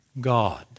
God